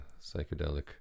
psychedelic